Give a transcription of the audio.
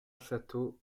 château